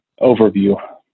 overview